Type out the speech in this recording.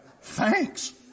Thanks